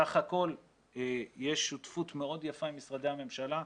סך הכול יש שותפות מאוד יפה עם משרדי הממשלה.